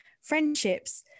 friendships